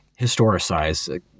historicize